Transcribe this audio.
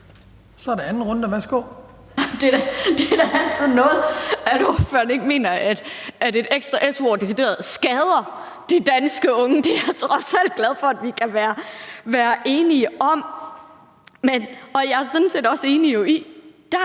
17:05 Katrine Robsøe (RV): Det er da altid noget, at ordføreren ikke mener, at et ekstra su-år decideret skader de danske unge, og det er jeg trods alt glad for at vi kan være enige om. Jeg er jo sådan set også enig i, at de